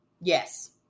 Yes